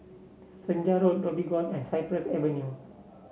Senja Road Dhoby Ghaut and Cypress Avenue